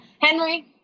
Henry